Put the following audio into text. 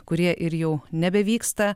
kurie ir jau nebevyksta